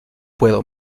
puedo